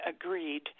agreed